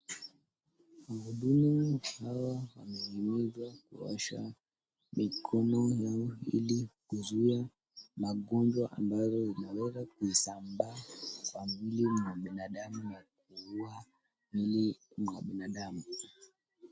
Wahudumu hawa wame imizwa kuosha mikono yao ili kuzuia magonjwa ambayo ina weza kuisambaa kwa mwili mwa binadamu na kuuwa mwili mwa binadamu.